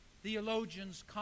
Theologians